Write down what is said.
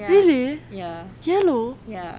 really yellow